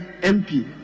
MP